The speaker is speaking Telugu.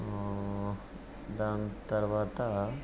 దాని తరువాత